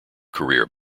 career